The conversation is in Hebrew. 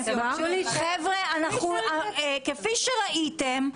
--- כפי שראיתם,